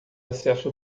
acesso